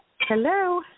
Hello